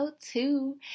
two